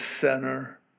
center